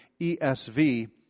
ESV